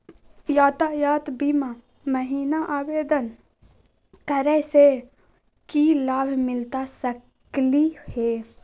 यातायात बीमा महिना आवेदन करै स की लाभ मिलता सकली हे?